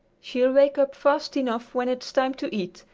she'll wake up fast enough when it's time to eat,